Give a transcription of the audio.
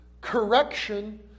correction